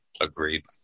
agreed